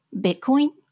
Bitcoin